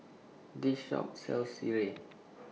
This Shop sells Sireh